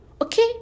okay